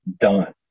done